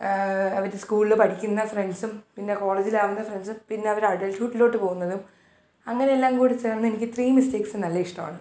അവർ സ്കൂൾൽ പഠിക്കുന്ന ഫ്രെണ്ട്സും പിന്നെ കോളേജിലാവുന്ന ഫ്രെണ്ട്സും പിന്നവരഡൾട്ട്ഹുഡ്ഡിലോട്ട് പോകുന്നതും അങ്ങനെല്ലാം കൂടെ ചേർന്നെനിക്ക് ത്രീ മിസ്റ്റെക്സ് നല്ല ഇഷ്ടവാണ്